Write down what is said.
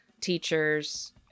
teachers